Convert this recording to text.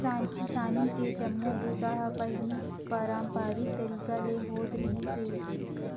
किसानी के जम्मो बूता ह पहिली पारंपरिक तरीका ले होत रिहिस हे